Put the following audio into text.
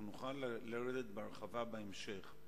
נוכל לרדת בהרחבה בהמשך.